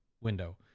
window